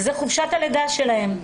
וזה חופשת הלידה שלהן.